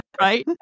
right